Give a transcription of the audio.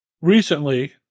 recently